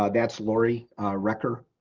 ah that's laurie wrecker.